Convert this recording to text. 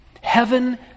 Heaven